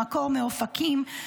במקור מאופקים,